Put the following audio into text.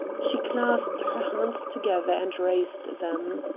she clasped her hands together and raised them.